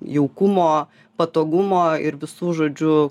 jaukumo patogumo ir visų žodžiu